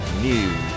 News